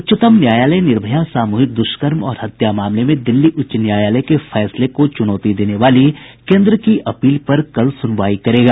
उच्चतम न्यायालय निर्भया सामूहिक द्रष्कर्म और हत्या मामले में दिल्ली उच्च न्यायालय के फैसले को चूनौती देने वाली केन्द्र की अपील पर कल सूनवाई करेगा